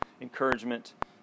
encouragement